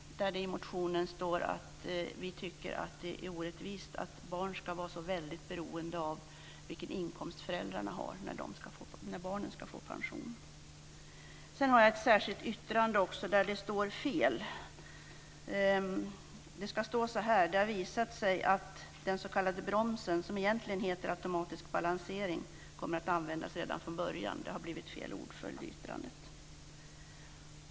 I motionen står det att vi tycker att det är orättvist att barns efterlevandepensioner ska vara så väldigt beroende av vilken inkomst som föräldrarna har. Sedan har jag ett särskilt yttrande i vilket det finns ett fel. Det ska stå på följande sätt: Det har visat sig att den s.k. bromsen som egentligen heter automatisk balansering kommer att användas redan från början. Det har blivit fel ordföljd i yttrandet.